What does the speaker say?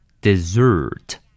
Dessert